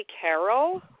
Carol